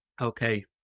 Okay